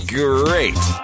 great